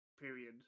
period